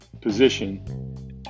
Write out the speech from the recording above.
position